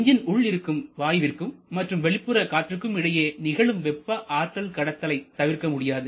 engine உள் இருக்கும் வாயுவிற்கும் மற்றும் வெளிப்புற காற்றுக்கும் இடையே நிகழும் வெப்ப ஆற்றல் கடத்தலை தவிர்க்க முடியாது